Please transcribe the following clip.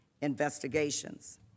investigations